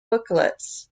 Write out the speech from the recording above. booklets